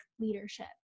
leadership